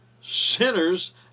sinners